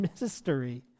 mystery